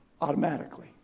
automatically